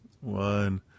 one